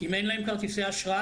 אם אין להם כרטיסי אשראי,